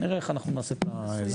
נראה איך אנחנו נעשה את זה.